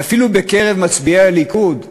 ואפילו בקרב מצביעי הליכוד,